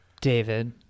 David